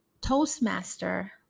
Toastmaster